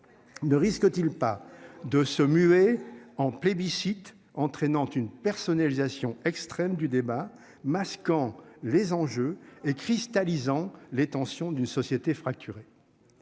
Ne risque-t-il pas de se muer en plébiscite, entraînant une personnalisation extrême du débat masquant les enjeux et cristallisant les tensions d'une société fracturée.